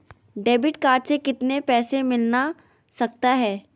Debit card से कितने पैसे मिलना सकता हैं?